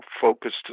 focused